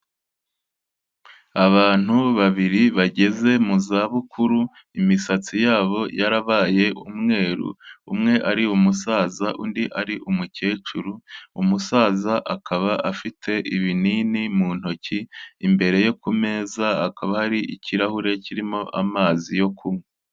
Abantu babiri bageze mu za bukuru, imisatsi yabo yarabaye umweru, umwe ari umusaza undi ari umukecuru, umusaza akaba afite ibinini mu ntoki, imbere ye ku meza hakaba hari ikirahure kirimo amazi yo kunywa.